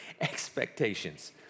expectations